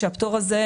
הפטור הזה,